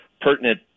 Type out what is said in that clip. pertinent